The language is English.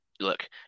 look